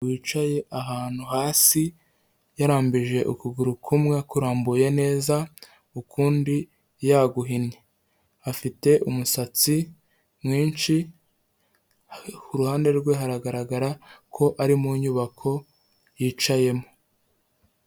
Wicaye ahantu hasi yarambije ukuguru kumwe akurambuye neza ukundi yaguhinnye, afite umusatsi mwinshi ku ruhande rwe haragaragara ko ari mu nyubako yicayemo.